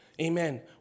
Amen